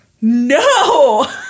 no